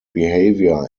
behavior